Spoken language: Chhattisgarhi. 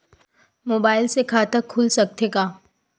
मुबाइल से खाता खुल सकथे का?